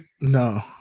No